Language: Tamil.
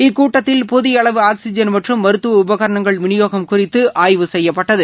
இக்கூட்டத்தில் போதிய அளவு ஆக்சிஜன் மற்றும் மருத்துவ உபகரணங்கள் விநியோகம் குறித்து ஆய்வு செய்யப்பட்டது